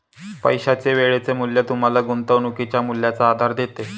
पैशाचे वेळेचे मूल्य तुम्हाला गुंतवणुकीच्या मूल्याचा आधार देते